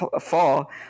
fall